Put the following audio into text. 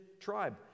tribe